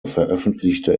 veröffentlichte